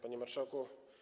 Panie Marszałku!